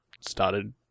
started